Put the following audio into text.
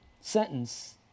sentence